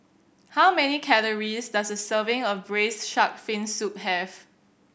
how many calories does a serving of Braised Shark Fin Soup have